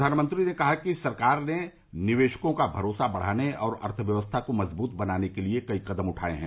प्रधानमंत्री ने कहा कि सरकार ने निवेशकों का भरोसा बढ़ाने और अर्थव्यवस्था को मजबूत बनाने के लिए कई कदम उठाये हैं